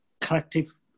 collective